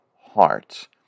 heart